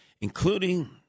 including